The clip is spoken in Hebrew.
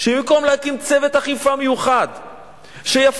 שבמקום להקים צוות אכיפה מיוחד שיפתיע,